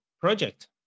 project